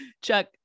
Chuck